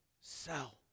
sell